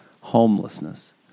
homelessness